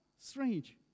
Strange